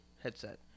headset